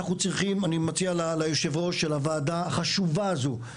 אני מציע ליושב-ראש הוועדה החשובה הזו,